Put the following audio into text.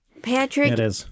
Patrick